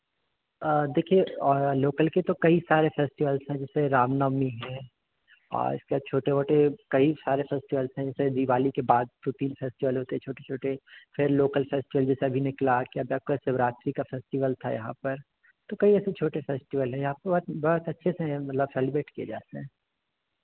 देखिए लोकल के तो कई सारे फे़स्टिवल्स हैं जैसे राम नवमी है और इसके बाद छोटे मोटे कई सारे फ़ेस्टिवल्स हैं जैसे दीवाली के बाद दो तीन फ़ेस्टिवल होते हैं छोटे छोटे फिर लोकल फे़स्टिवल जैसे अभी निकला क्या था आपका शिवरात्रि का फेस्टिवल था यहाँ पर तो कई ऐसे छोटे फेस्टिवल हैं या तो बहुत अच्छे से मतलब सेलिब्रेट किए जाते हैं